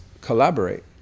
collaborate